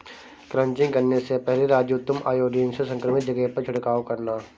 crutching करने से पहले राजू तुम आयोडीन से संक्रमित जगह पर छिड़काव करना